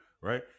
right